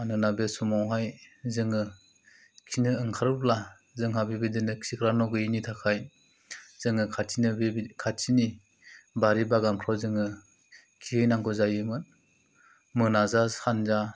मानोना बे समावहाय जोङो खिनो ओंखारब्ला जोंहा बेबायदिनो खिग्रा न' गैयिनि थाखाय जोङो खाथिनि बे खाथिनि बारि बागानफ्राव जोङो खिहैनांगौ जायोमोन मोना जा सान जा